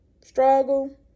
struggle